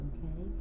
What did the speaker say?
Okay